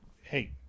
hey